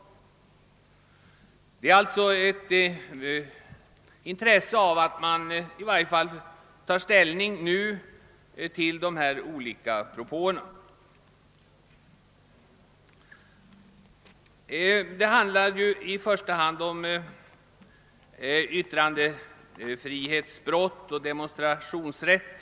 Det föreligger alltså ett intresse av att vi nu tar ställning till de föreliggande förslagen. Det handlar i främsta rummet om yttrandefrihet och demonstrationsrätt.